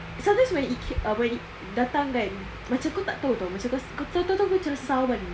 sometimes when it came ah when it datang kan macam kau tak tahu [tau] macam kau tu tu tu cam rasa sawan gitu